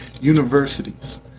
Universities